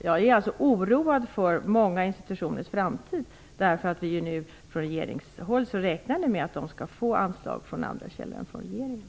Jag är alltså oroad för många institutioners framtid, eftersom vi från regeringshåll räknar med att de skall få anslag från andra källor än från staten.